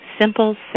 simple